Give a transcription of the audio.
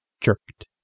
jerked